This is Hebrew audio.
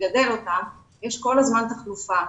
יש כל הזמן תחלופה,